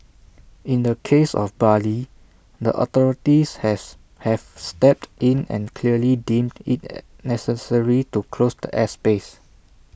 in the case of Bali the authorities has have stepped in and clearly deemed IT necessary to close the airspace